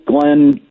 Glenn